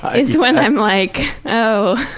but it's when i'm like oh,